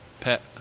pet